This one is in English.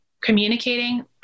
communicating